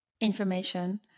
information